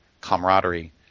camaraderie